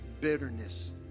bitterness